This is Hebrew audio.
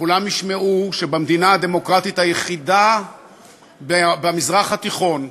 וכולם ישמעו שבמדינה הדמוקרטית היחידה במזרח התיכון,